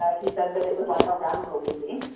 ah he said that it was like a rambo movie,